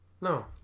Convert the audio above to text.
no